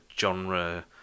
genre